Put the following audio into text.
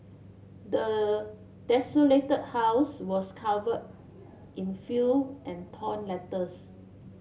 the desolated house was covered in and torn letters